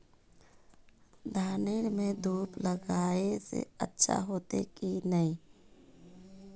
धानेर में धूप लगाए से अच्छा होते की नहीं?